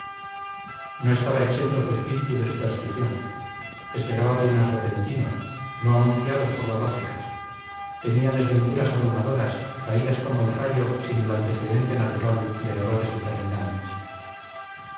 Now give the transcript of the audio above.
no estaba exento su espíritu de superstición esperaba bienes repentinos no anunciados por la lógica temía desventuras abrumadoras caídas como el rayo sin el antecedente natural de errores determinantes